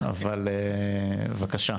בבקשה.